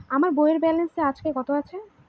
আমার বইয়ের ব্যালেন্স আজকে কত আছে?